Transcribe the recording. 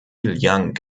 young